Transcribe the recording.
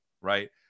right